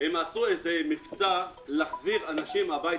עשו מבצע להחזיר אנשים הביתה.